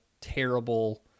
terrible